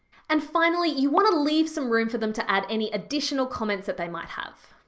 and finally, you wanna leave some room for them to add any additional comments that they might have.